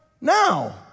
now